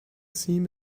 seam